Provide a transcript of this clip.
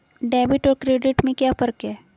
Debit और credit में क्या फर्क है?